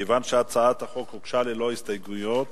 כיוון שהצעת החוק הוגשה ללא הסתייגויות,